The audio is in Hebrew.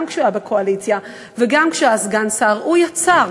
כשהוא היה בקואליציה וגם כשהוא היה סגן שר הוא יצר.